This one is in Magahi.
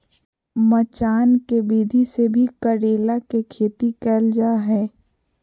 मचान के विधि से भी करेला के खेती कैल जा हय